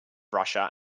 russia